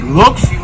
looks